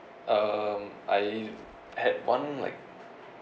um I had one like